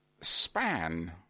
span